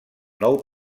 nou